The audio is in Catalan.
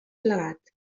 plegat